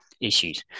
issues